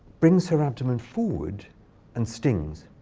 brings her abdomen forward and stings.